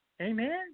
Amen